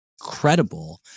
credible